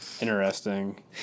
Interesting